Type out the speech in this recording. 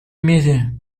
мере